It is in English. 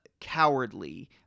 cowardly